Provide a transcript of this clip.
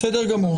בסדר גמור,